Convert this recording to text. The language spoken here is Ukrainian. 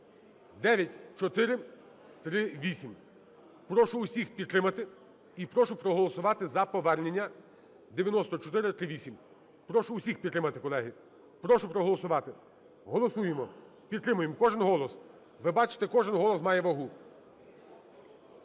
9438. Прошу всіх підтримати і прошу проголосувати за повернення 9438. Прошу всіх підтримати, колеги. Прошу проголосувати. Голосуємо. Підтримаємо. Кожен голос, ви бачите, кожен голос має вагу.